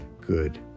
good